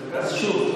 אז שוב,